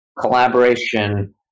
collaboration